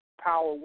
Power